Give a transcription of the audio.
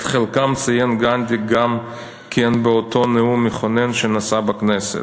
את חלקם ציין גנדי גם כן באותו נאום מכונן שנשא בכנסת.